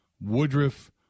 Woodruff